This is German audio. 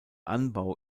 anbau